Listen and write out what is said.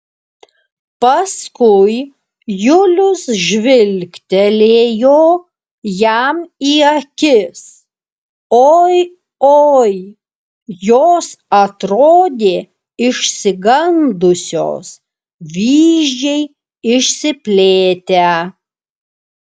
paskui julius žvilgtelėjo jam į akis oi oi jos atrodė išsigandusios vyzdžiai išsiplėtę